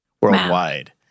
worldwide